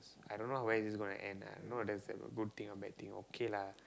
I don't know where is this going to end lah not that it's a good thing or bad thing okay lah